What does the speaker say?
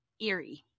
eerie